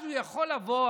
אז הוא יכול לבוא,